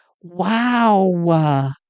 Wow